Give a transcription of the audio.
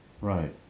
Right